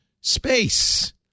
space